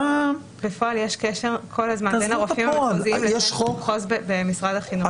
בפועל יש קשר כל הזמן בין הרופאים המחוזיים לבין המחוז במשרד החינוך.